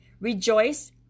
Rejoice